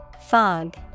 Fog